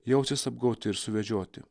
jausis apgauti ir suvedžioti